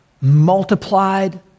multiplied